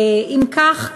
1. אם כך,